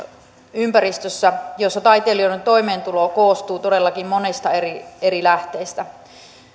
ympäristössä jossa taiteilijoiden toimeentulo koostuu todellakin monesta eri eri lähteestä